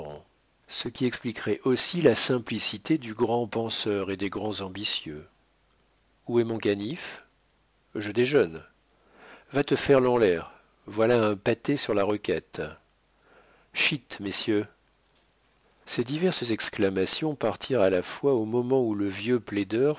ce qui expliquerait aussi la simplicité du grand penseur et des grands ambitieux où est mon canif je déjeune va te faire lanlaire voilà un pâté sur la requête chît messieurs ces diverses exclamations partirent à la fois au moment où le vieux